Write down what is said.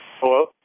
Hello